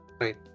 Right